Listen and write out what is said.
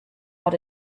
what